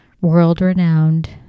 world-renowned